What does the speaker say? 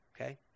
okay